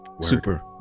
Super